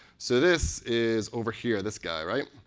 so this is over here, this guy, right.